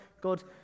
God